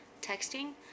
texting